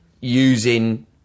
using